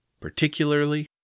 particularly